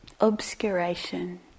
obscuration